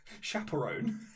chaperone